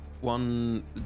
one